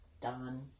done